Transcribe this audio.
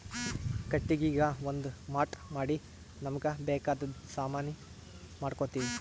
ಕಟ್ಟಿಗಿಗಾ ಒಂದ್ ಮಾಟ್ ಮಾಡಿ ನಮ್ಮ್ಗ್ ಬೇಕಾದ್ ಸಾಮಾನಿ ಮಾಡ್ಕೋತೀವಿ